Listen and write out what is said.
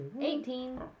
Eighteen